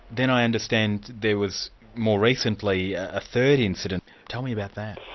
then i understand there was more recently a third incident. tell me about that.